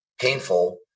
painful